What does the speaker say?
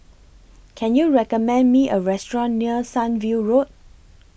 Can YOU recommend Me A Restaurant near Sunview Road